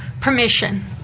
permission